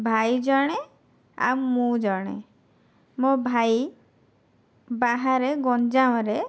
ଭାଇ ଜଣେ ଆଉ ମୁଁ ଜଣେ ମୋ' ଭାଇ ବାହାରେ ଗଞ୍ଜାମରେ